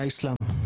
הגיע מהאסלאם.